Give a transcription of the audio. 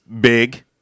big